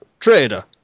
trader